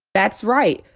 that's right!